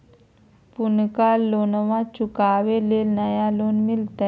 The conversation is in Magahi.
पुर्नका लोनमा चुकाबे ले नया लोन मिलते?